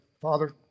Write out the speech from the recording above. Father